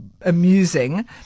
amusing